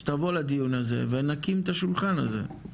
אז תבוא לדיון הזה ונקים את השולחן הזה,